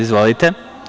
Izvolite.